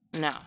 No